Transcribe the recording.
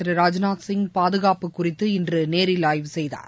திரு ராஜ்நாத்சிங் பாதுகாப்பு குறித்து இன்று நேரில் ஆய்வு செய்தார்